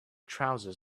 trousers